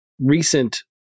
recent